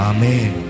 Amen